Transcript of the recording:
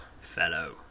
fellow